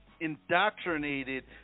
indoctrinated